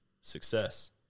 success